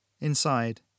Inside